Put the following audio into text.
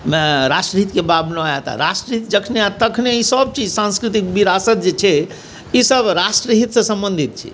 राष्ट्रहितके भावना आओत आओर राष्ट्रहित जखने हैत तखने ईसब चीज साँस्कृतिक विरासत जे छै ईसब राष्ट्रहितसँ सम्बन्धित छै